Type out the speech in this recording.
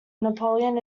napoleon